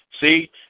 See